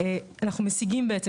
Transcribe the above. אנחנו משיגים בעצם,